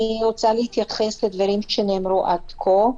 אני רוצה להתייחס לדברים שנאמרו עד כה.